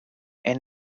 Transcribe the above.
and